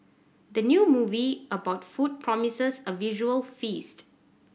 the new movie about food promises a visual feast